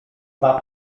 dwa